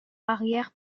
arrière